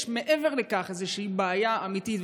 יש מעבר לכך בעיה אמיתית,